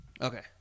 Okay